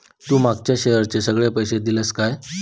तू मागच्या शेअरचे सगळे पैशे दिलंस काय?